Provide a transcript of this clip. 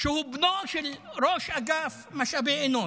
שהוא בנו של ראש אגף משאבי אנוש.